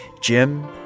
Jim